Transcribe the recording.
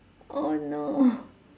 oh no